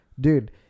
dude